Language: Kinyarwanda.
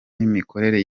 n’imikorere